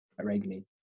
regularly